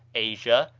asia,